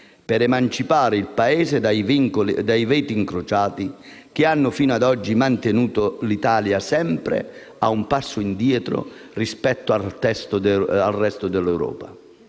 per emancipare il Paese dai veti incrociati che hanno fino ad oggi mantenuto l'Italia sempre un passo indietro rispetto al resto d'Europa.